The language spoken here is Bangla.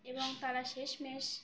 এবং তারা শেষমেশ